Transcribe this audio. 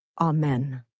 Amen